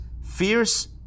fierce